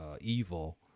evil